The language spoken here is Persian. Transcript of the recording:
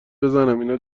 بزنماینا